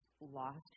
lost